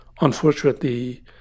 unfortunately